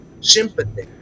sympathy